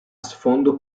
sfondo